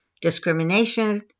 discrimination